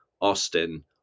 Austin